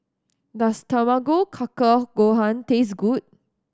does Tamago Kake Gohan taste good